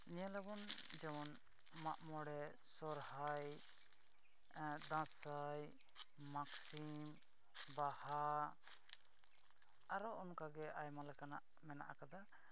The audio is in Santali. ᱧᱮᱞ ᱟᱵᱚᱱ ᱡᱮᱢᱚᱱ ᱢᱟᱜ ᱢᱚᱬᱮ ᱥᱚᱦᱨᱟᱭ ᱫᱟᱸᱥᱟᱭ ᱢᱟᱜᱽ ᱥᱤᱢ ᱵᱟᱦᱟ ᱟᱨ ᱚᱱᱠᱟᱜᱮ ᱟᱭᱢᱟ ᱞᱮᱠᱟᱱᱟᱜ ᱢᱮᱱᱟᱜ ᱠᱟᱫᱟ